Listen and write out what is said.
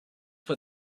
put